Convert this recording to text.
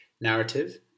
narrative